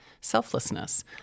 selflessness